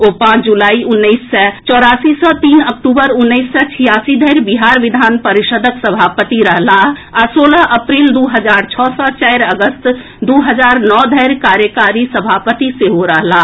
ओ पांच जुलाई उन्नैस सय चौरासी सँ तीन अक्टूबर उन्नैस सय छियासी धरि बिहार विधान परिषदक सभापति रहलाह आ सोलह अप्रील दू हजार छओ सँ चारि अगस्त दू हजार नओ धरि कार्यकारी सभापति सेहो रहलाह